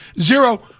zero